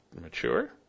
Mature